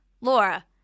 Laura